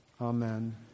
Amen